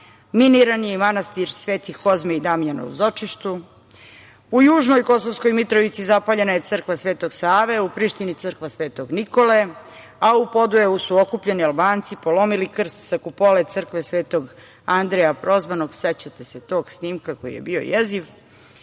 miniran je i manastir Sveti Kozma i Damjan u Zočištu. U južnoj Kosovskoj Mitrovici zapaljena je crkva Svetog Save, u Prištini crkva Svetog Nikole, a u Podujevu su okupljeni Albanci polomili krst sa kupole crkve Svetog Andreja Prvozvanog. Sećate se tog snimka koji je bio jeziv.